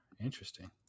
Interesting